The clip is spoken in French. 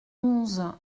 onze